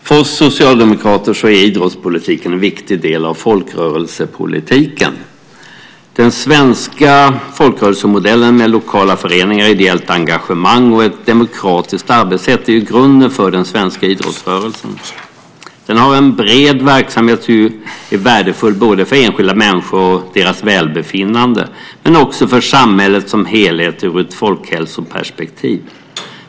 Herr talman! För oss socialdemokrater är idrottspolitiken en viktig del av folkrörelsepolitiken. Den svenska folkrörelsemodellen med lokala föreningar, ideellt engagemang och ett demokratiskt arbetssätt är grunden för den svenska idrottsrörelsen. Den har en bred verksamhet och är värdefull både för enskilda människor och deras välbefinnande och för samhället som helhet ur ett folkhälsoperspektiv.